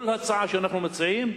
כל הצעה שאנחנו מציעים,